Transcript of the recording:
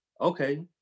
okay